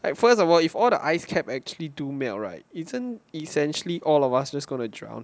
like first of all if all the ice cap actually do melt right essen~ essentially all of us just gonna drown